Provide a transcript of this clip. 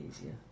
easier